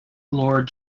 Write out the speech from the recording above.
lord